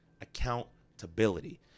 accountability